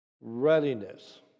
Readiness